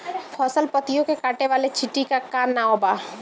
फसल पतियो के काटे वाले चिटि के का नाव बा?